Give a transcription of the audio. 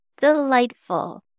delightful